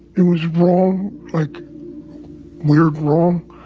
it was wrong, like weird, wrong.